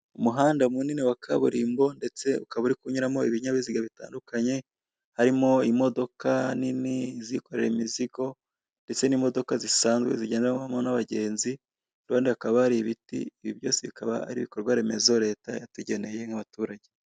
Umuhanda munini wa kaburimbo ndetse ukaba uri kunyuramo ibinyabiziga bitandukanye, harimo imodoka nini izikoreye imizigo ndetse n'imodoka zisanzwe zigenderamo n'abagenzi kuruhande hakaba hari ibiti, ibi byose bikaba ari ibikorwa remezo Leta yatugene nk'abaturage.